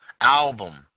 album